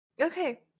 Okay